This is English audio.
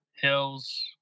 hills